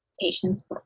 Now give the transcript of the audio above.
patients